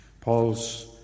Paul's